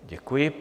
Děkuji.